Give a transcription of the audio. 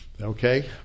okay